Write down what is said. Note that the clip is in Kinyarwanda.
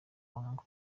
wanga